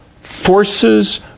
forces